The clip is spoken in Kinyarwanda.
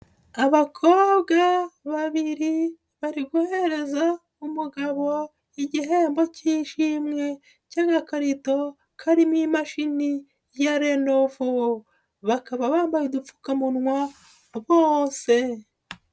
Abakobwa babiri bari guhereza umugabo igihembo cy'ishimwe cy'agakarito karimo imashini ya Lenovo, bakaba bambaye udupfukamunwa bose.